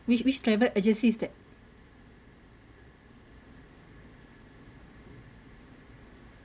which which travel agency is that